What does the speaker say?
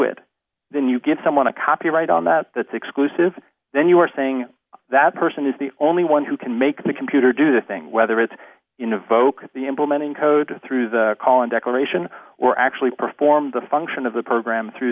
it then you give someone a copyright on that that's exclusive then you are saying that person is the only one who can make the computer do the thing whether it's invoke the implementing code through the calling declaration or actually perform the function of the program through